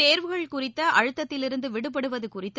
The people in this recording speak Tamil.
தேர்வுகள் குறித்த அழுத்தத்திலிருந்து விடுபடுவது குறித்து